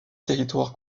territoire